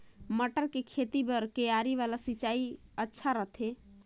मटर के खेती बर क्यारी वाला सिंचाई अच्छा रथे?